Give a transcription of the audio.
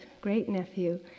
great-nephew